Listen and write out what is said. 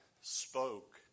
spoke